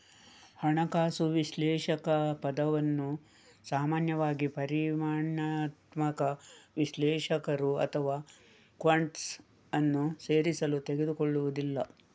ಹಣಕಾಸು ವಿಶ್ಲೇಷಕ ಪದವನ್ನು ಸಾಮಾನ್ಯವಾಗಿ ಪರಿಮಾಣಾತ್ಮಕ ವಿಶ್ಲೇಷಕರು ಅಥವಾ ಕ್ವಾಂಟ್ಸ್ ಅನ್ನು ಸೇರಿಸಲು ತೆಗೆದುಕೊಳ್ಳುವುದಿಲ್ಲ